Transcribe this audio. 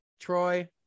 Troy